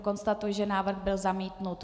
Konstatuji, že návrh byl zamítnut.